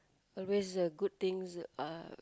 always uh good things uh